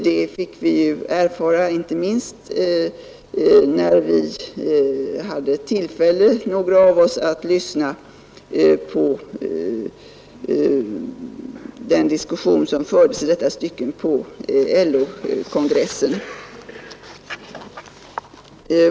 Det fick vi erfara inte minst när några av oss hade tillfälle att lyssna på den diskussion som fördes i detta stycke på LO-kongressen.